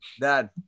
dad